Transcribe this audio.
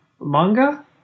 manga